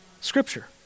Scripture